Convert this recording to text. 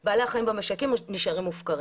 אבל בעלי החיים במשקים נשארים מופקרים.